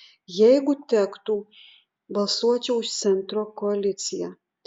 jeigu tektų balsuočiau už centro koaliciją